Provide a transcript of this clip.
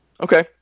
Okay